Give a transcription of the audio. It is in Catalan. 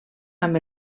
amb